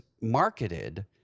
marketed